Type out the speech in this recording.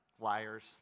Liars